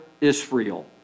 Israel